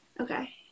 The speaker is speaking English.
Okay